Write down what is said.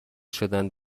شدن